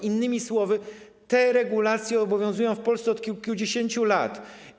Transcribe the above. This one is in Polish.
Innymi słowy, te regulacje obowiązują w Polsce od kilkudziesięciu lat.